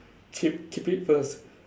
keep keep it first